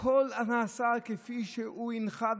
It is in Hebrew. הכול נעשה כפי שהוא הנחה,